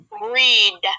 Read